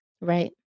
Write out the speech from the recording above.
Right